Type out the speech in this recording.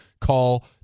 call